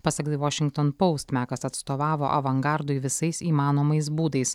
pasak the washington post mekas atstovavo avangardui visais įmanomais būdais